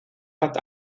hat